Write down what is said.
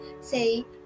say